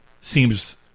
seems